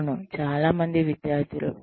అవును చాలా మంది విద్యార్థులు